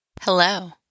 Hello